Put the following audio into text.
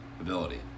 ability